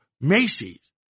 Macy's